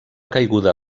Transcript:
caiguda